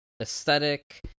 aesthetic